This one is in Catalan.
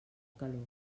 calor